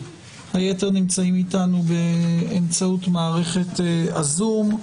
והיתר נמצאים באמצעות מערכת ה-זום.